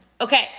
Okay